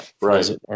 Right